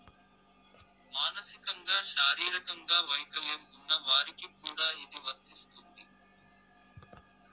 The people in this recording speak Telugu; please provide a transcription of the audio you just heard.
మానసికంగా శారీరకంగా వైకల్యం ఉన్న వారికి కూడా ఇది వర్తిస్తుంది